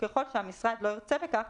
וככל שהמשרד לא ירצה בכך,